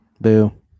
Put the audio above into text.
Boo